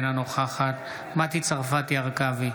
אינה נוכחת מטי צרפתי הרכבי,